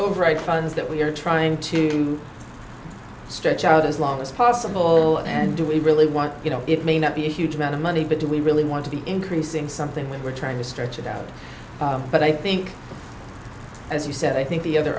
eight funds that we're trying to stretch out as long as possible and do we really want you know it may not be a huge amount of money but do we really want to be increasing something when we're trying to stretch it out but i think as you said i think the other